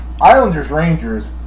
Islanders-Rangers